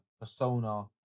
persona